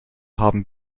haben